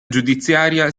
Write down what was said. giudiziaria